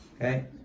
okay